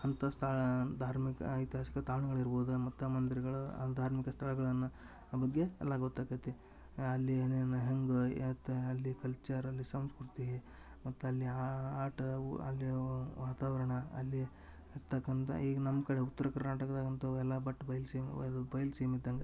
ಅಂತ ಸ್ಥಳ ಧಾರ್ಮಿಕ ಐತಿಹಾಸಿಕ ತಾಣಗಳ ಇರ್ಬೌದ ಮತ್ತು ಮಂದಿರ್ಗಳ ಧಾರ್ಮಿಕ ಸ್ಥಳಗಳನ್ನ ಆ ಬಗ್ಗೆ ಎಲ್ಲ ಗೊತ್ತಾಕ್ಕತಿ ಅಲ್ಲಿ ಏನೇನು ಹೆಂಗ ಎತ್ ಅಲ್ಲಿ ಕಲ್ಚರ್ ಅಲ್ಲಿ ಸಂಸ್ಕೃತಿ ಮತ್ತೆ ಅಲ್ಲಿ ಆಟ ಒ ಅಲ್ಲಿ ವಾತಾವರ್ಣ ಅಲ್ಲಿ ಇರ್ತಕ್ಕಂಥ ಈಗ ನಮ್ಮ ಕಡೆ ಉತ್ರ್ಕರ್ನಾಟಕದಾಗ ಅಂತು ಅವೆಲ್ಲ ಬಟ್ ಬಯಲುಸೀಮೆ ಅದು ಬೈಲ್ಸೀಮೆ ಇದ್ದಂಗೆ